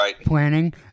planning